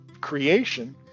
creation